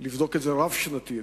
לבדוק את זה רב-שנתית.